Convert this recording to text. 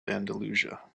andalusia